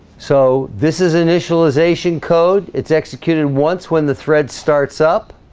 so this is initialization code. it's executed once when the thread starts up